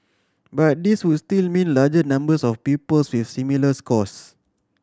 but these would still mean larger numbers of pupils with similar scores